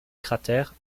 cratère